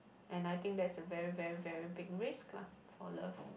and I think that's a very very very big risk lah for love